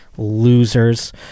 losers